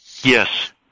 Yes